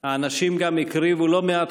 האנשים גם הקריבו לא מעט קורבנות.